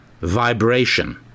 Vibration